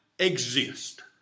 Exist